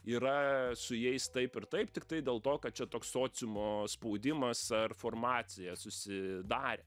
yra su jais taip ir taip tiktai dėl to kad čia toks sociumo spaudimas ar formacija susidarė